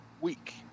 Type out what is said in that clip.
week